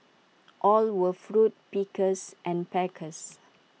all were fruit pickers and packers